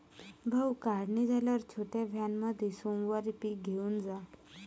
भाऊ, काढणी झाल्यावर छोट्या व्हॅनमध्ये सोमवारी पीक घेऊन जा